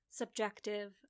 subjective